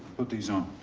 put these on.